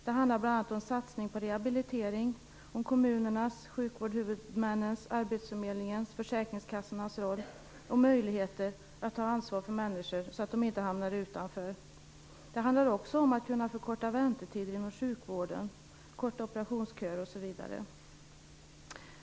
Det handlar bl.a. om satsning på rehabilitering, om kommunernas, sjukvårdshuvudmännens, arbetsförmedlingens och försäkringskassornas roll och möjlighet att ta ansvar för människor så att de inte hamnar utanför. Det handlar också om att kunna förkorta väntetider inom sjukvården, korta operationsköer, osv.